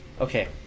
Okay